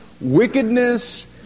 wickedness